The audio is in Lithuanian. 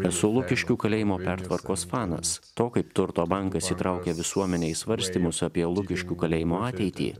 esu lukiškių kalėjimo pertvarkos fanas to kaip turto bankas įtraukia visuomenę į scarstymus apie lukiškių kalėjimo ateitį